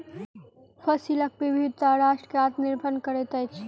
फसिलक विविधता राष्ट्र के आत्मनिर्भर करैत अछि